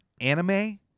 anime